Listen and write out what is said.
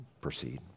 proceed